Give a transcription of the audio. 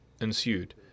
ensued